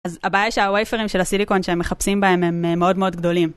אז הבעיה שהווייפרים של הסיליקון שהם מחפשים בהם הם מאוד מאוד גדולים.